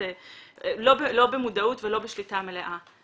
לא במודעות ולא בשליטה מלאה.